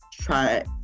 try